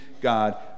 God